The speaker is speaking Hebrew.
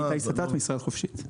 אני מתנועת ישראל חופשית.